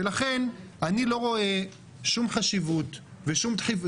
ולכן אני לא רואה שום חשיבות ושום דחיפות.